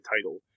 title